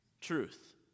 truth